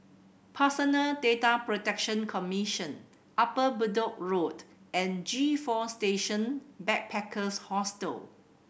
Personal Data Protection Commission Upper Bedok Road and G Four Station Backpackers Hostel